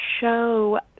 show